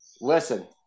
Listen